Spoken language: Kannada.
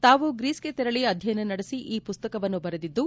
ತಾವು ಗ್ರೀಸ್ಗೆ ತೆರಳಿ ಅಧ್ಯಯನ ನಡೆಸಿ ಈ ಮಸ್ತಕವನ್ನು ಬರೆದಿದ್ದು